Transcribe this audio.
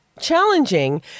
challenging